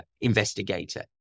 investigator